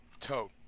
tote